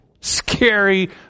Scary